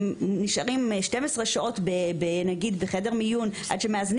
הם נשארים 12 שעות בחדר מיון עד שמאזנים